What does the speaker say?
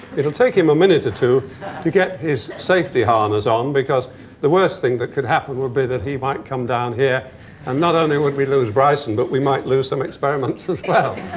it'll take him a minute or two to get his safety harness on. because the worst thing that could happen would be that he might come down here and not only would we lose bryson, but we might lose some experiments as well.